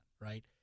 right